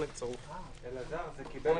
הישיבה ננעלה בשעה 16:21.